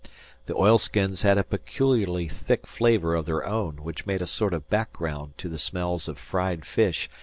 the oilskins had a peculiarly thick flavor of their own which made a sort of background to the smells of fried fish,